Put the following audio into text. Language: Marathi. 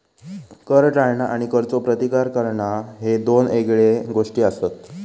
कर टाळणा आणि करचो प्रतिकार करणा ह्ये दोन येगळे गोष्टी आसत